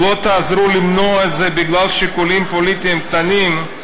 לא תעזרו למנוע את זה בגלל שיקולים פוליטיים קטנים,